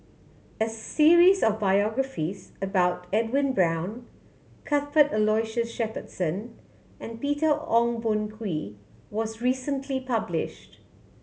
a series of biographies about Edwin Brown Cuthbert Aloysius Shepherdson and Peter Ong Boon Kwee was recently published